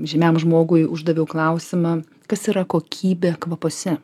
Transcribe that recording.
žymiam žmogui uždaviau klausimą kas yra kokybė kvapuose